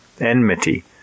enmity